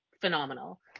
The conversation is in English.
phenomenal